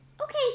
Okay